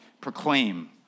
proclaim